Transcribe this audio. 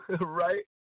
Right